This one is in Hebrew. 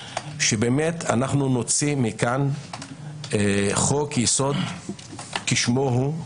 שאנו נוציא מכאן חוק יסוד כשמו הוא,